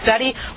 study